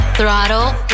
Throttle